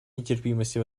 нетерпимости